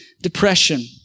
depression